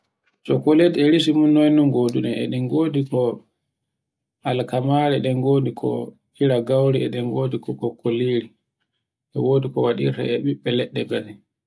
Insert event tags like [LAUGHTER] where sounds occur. cokolet e resi mun noye ngoduɗen e ɗen godi ko alkamari, [NOISE] e ɗen godi ko ira gauri, e ɗen godi ko kokkolire. E wodi ko waɗirte e bibbe leɗɗe gasi.